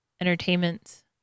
entertainment